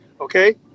okay